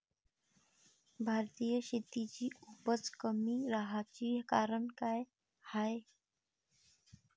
भारतीय शेतीची उपज कमी राहाची कारन का हाय?